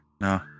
No